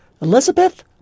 Elizabeth